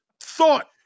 thought